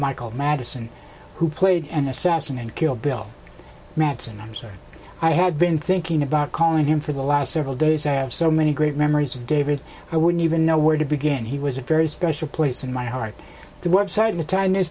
michael madison who played an assassin and kill bill manson i'm sorry i had been thinking about calling him for the last several days i have so many great memories of david i wouldn't even know where to begin he was a very special place in my heart to work side in a time